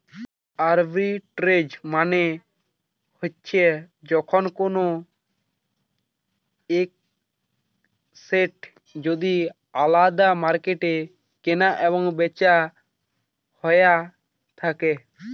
arbitrage মানে হতিছে যখন কোনো এসেট যদি আলদা মার্কেটে কেনা এবং বেচা হইয়া থাকে